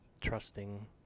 trusting